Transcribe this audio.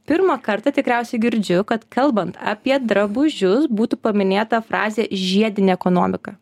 pirmą kartą tikriausiai girdžiu kad kalbant apie drabužius būtų paminėta frazė žiedinė ekonomika